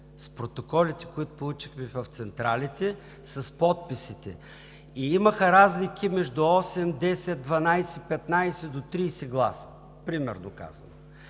с протоколите, които получихме в централите, с подписите. Имаха разлики между 8 – 10 – 12 – 15 до 30 гласа, казвам